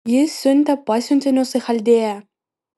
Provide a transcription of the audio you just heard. ji siuntė pasiuntinius į chaldėją